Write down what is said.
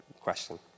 question